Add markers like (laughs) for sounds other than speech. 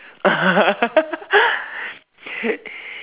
(laughs)